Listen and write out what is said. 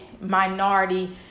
minority